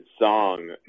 song